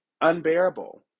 unbearable